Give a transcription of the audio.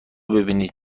ببینید